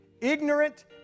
ignorant